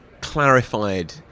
clarified